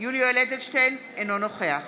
יולי יואל אדלשטיין, אינו נוכח